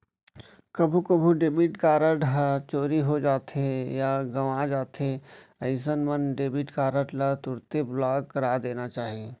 कभू कभू debit card ह चोरी हो जाथे या गवॉं जाथे अइसन मन डेबिट कारड ल तुरते ब्लॉक करा देना चाही